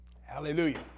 Hallelujah